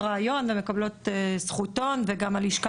הן עוברות ראיון ומקבלות זכותון וגם הלשכה